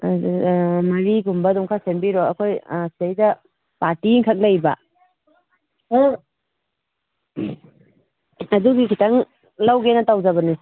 ꯃꯔꯤꯒꯨꯝꯕ ꯑꯗꯨꯝ ꯈꯔ ꯁꯦꯝꯕꯤꯔꯣ ꯑꯩꯈꯣꯏ ꯁꯤꯗꯩꯗ ꯄꯥꯔꯇꯤ ꯑꯃ ꯈꯛ ꯂꯩꯕ